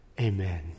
Amen